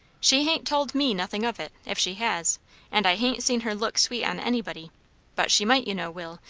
she hain't told me nothing of it, if she has and i hain't seen her look sweet on anybody but she might, you know, will,